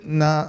na